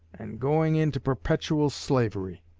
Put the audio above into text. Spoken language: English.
and going into perpetual slavery.